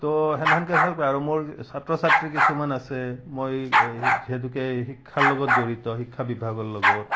তো সেনেহেনকে ভাল পায় আৰু মোৰ ছাত্ৰ ছাত্ৰী কিছুমান আছে মই যিহেতুকে শিক্ষাৰ লগত জড়িত শিক্ষা বিভাগৰ লগত